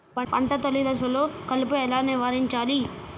పంట తొలి దశలో కలుపు ఎలా నివారించాలి?